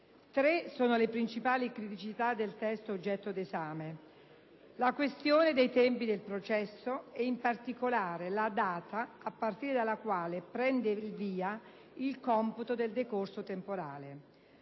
Tre sono le principali criticità del testo oggetto d'esame: la questione dei tempi del processo e, in particolare, la data a partire dalla quale prende il via il computo del decorso temporale;